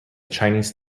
chinese